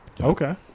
Okay